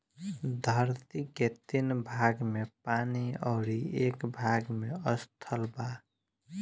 धरती के तीन भाग में पानी अउरी एक भाग में स्थल बा